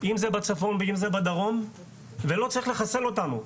אם זה בצפון ואם זה בדרום, ולא צריך לחסל אותנו.